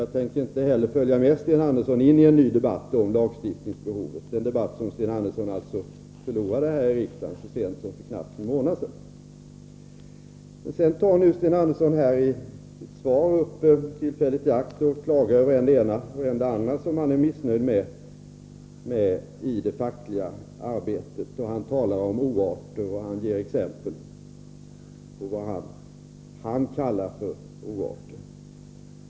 Jag tänker inte följa med Sten Andersson i en ny debatt om lagstiftningsbehov — den debatt som Sten Andersson alltså förlorade här i riksdagen så sent som en knapp månad sedan. Sedan tar Sten Andersson i svaret tillfället i akt och klagar över än det ena och än det andra som han är missnöjd med när det gäller det fackliga arbetet. Han talar om avarter och ger exempel.